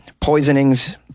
poisonings